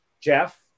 Jeff